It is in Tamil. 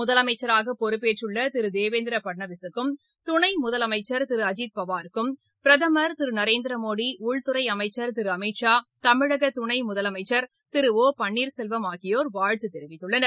முதலமச்சராக பொறுப்பேற்றுள்ள திரு தேவேந்திர பட்னாவிஸூக்கும் துணை முதலமைச்சர் திரு அஜித்பவாருக்கும் பிரதமர் திரு நரேந்திரமோடி உள்துறை அமைச்சர் திரு அமித் ஷா தமிழக துணை முதலனமச்சர் திரு ஓ பன்னீர்செல்வம் ஆகியோர் வாழ்த்து தெரிவித்துள்ளனர்